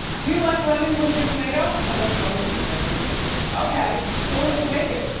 do you like lemon with your tomato? i love lemon with everything. okay? so what are we making?